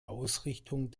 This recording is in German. ausrichtung